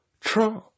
Trump